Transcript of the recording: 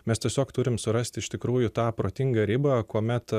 mes tiesiog turim surasti iš tikrųjų tą protingą ribą kuomet